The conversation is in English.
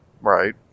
Right